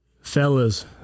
Fellas